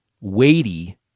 weighty